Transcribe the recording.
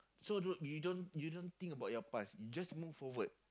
so don't you don't think about your past you just move forward